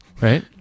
Right